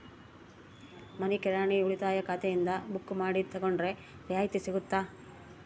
ಮನಿ ಕಿರಾಣಿ ಉಳಿತಾಯ ಖಾತೆಯಿಂದ ಬುಕ್ಕು ಮಾಡಿ ತಗೊಂಡರೆ ರಿಯಾಯಿತಿ ಸಿಗುತ್ತಾ?